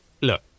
look